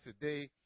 today